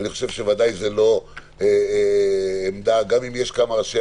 ואני חושב שוודאי זו לא עמדה גם אם יש כמה ראשי